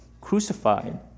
crucified